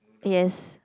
yes